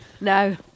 No